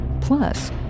plus